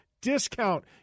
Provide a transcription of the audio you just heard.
discount